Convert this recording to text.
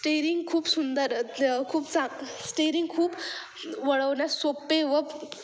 steering खूप सुंदर खूप चांग स्टेरिंग खूप वळवण्यास सोपे व